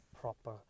proper